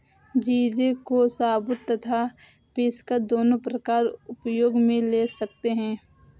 जीरे को साबुत तथा पीसकर दोनों प्रकार उपयोग मे ले सकते हैं